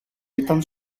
ήταν